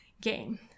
game